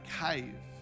cave